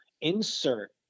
insert